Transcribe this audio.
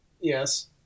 Yes